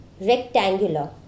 rectangular